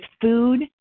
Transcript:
food